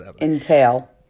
entail